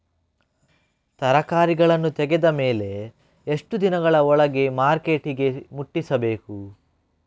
ತರಕಾರಿಗಳನ್ನು ತೆಗೆದ ಮೇಲೆ ಎಷ್ಟು ದಿನಗಳ ಒಳಗೆ ಮಾರ್ಕೆಟಿಗೆ ಮುಟ್ಟಿಸಬೇಕು?